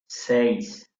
seis